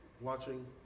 watching